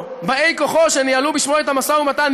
או באי-כוחו שניהלו בשמו את המשא-ומתן,